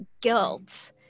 guilt